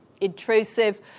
intrusive